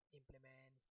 implement